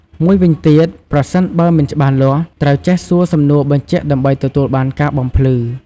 មួយវិញទៀត ប្រសិនបើមិនច្បាស់លាស់ ត្រូវចេះសួរសំណួរបញ្ជាក់ដើម្បីទទួលបានការបំភ្លឺ។